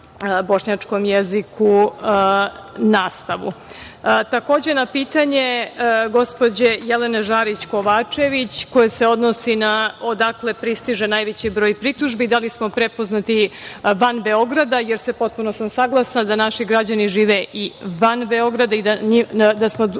bošnjačkom jeziku nastavu. Takođe, na pitanje gospođe Jelene Žarić Kovačević, koje se odnosi na odakle pristiže najveći broj pritužbi, da li smo prepoznati van Beograda, jer se, potpuno sam saglasna da naši građani žive i van Beograda i da smo dužni